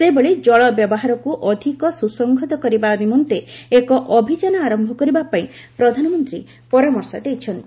ସେହିଭଳି ଜଳ ବ୍ୟବହାରକୁ ଅଧିକ ସୁସଂହତ କରିବା ନିମନ୍ତେ ଏକ ଅଭିଯାନ ଆରମ୍ଭ କରିବା ପାଇଁ ପ୍ରଧାନମନ୍ତ୍ରୀ ପରାମର୍ଶ ଦେଇଛନ୍ତି